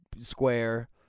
square